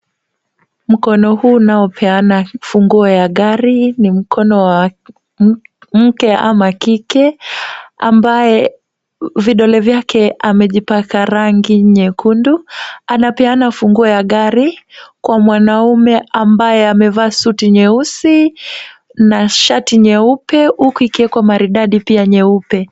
Mkono huu unaopeana ufungua ya gari ni mkono wa mke ama kike ambaye vidole vyake amejipaka rangi nyekundu, anapeana funguo ya gari kwa mwanaume ambaye amevaa suti nyeusi na shati nyeupe huku ikiwekwa maridadi pia nyeupe.